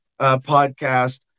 podcast